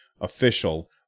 Official